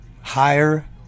higher